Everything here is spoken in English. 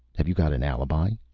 have you got an alibi?